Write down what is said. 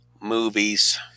Movies